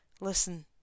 Listen